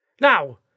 Now